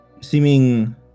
seeming